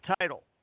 title